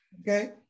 Okay